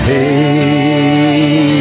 Hey